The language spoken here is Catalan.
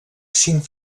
cinc